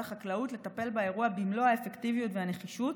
החקלאות לטפל באירוע במלוא האפקטיביות והנחישות,